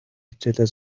хичээлээ